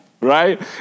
right